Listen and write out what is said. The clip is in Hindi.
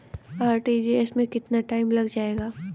आर.टी.जी.एस में कितना टाइम लग जाएगा?